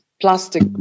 plastic